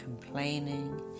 complaining